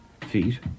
feet